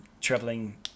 traveling